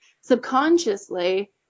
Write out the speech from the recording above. subconsciously